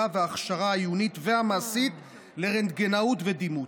וההכשרה העיונית והמעשית לרנטגנאות ודימות.